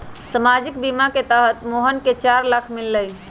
सामाजिक बीमा के तहत मोहन के चार लाख मिललई